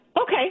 okay